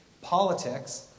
politics